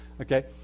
Okay